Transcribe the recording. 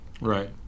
Right